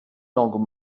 langue